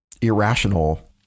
irrational